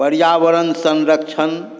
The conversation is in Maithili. पर्यावरण संरक्षण